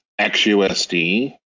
XUSD